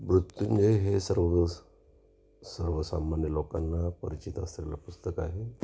मृत्युंजय हे सर्व सर्वसामान्य लोकांना परिचित असलेलं पुस्तक आहे